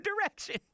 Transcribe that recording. direction